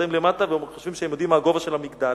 נמצאים למטה והם חושבים שהם יודעים מה הגובה של המגדל.